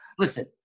Listen